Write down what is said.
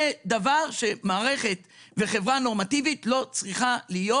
זה דבר שחברה נורמטיבית לא יכולה לתת לו